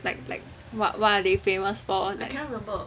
like like what are they famous for